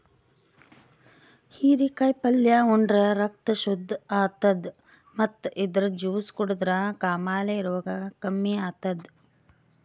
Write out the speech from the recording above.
ಹಿರೇಕಾಯಿ ಪಲ್ಯ ಉಂಡ್ರ ರಕ್ತ್ ಶುದ್ದ್ ಆತದ್ ಮತ್ತ್ ಇದ್ರ್ ಜ್ಯೂಸ್ ಕುಡದ್ರ್ ಕಾಮಾಲೆ ರೋಗ್ ಕಮ್ಮಿ ಆತದ್